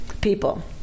people